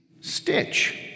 Stitch